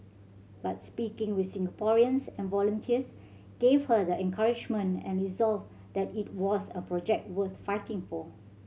but speaking with Singaporeans and volunteers gave her the encouragement and resolve that it was a project worth fighting for